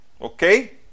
Okay